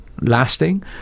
lasting